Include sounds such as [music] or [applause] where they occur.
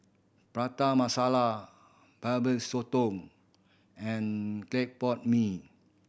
Prata Masala [unintelligible] sotong and clay pot mee